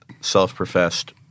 self-professed